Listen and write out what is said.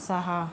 सहा